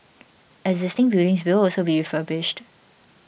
existing buildings will also be refurbished